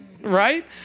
right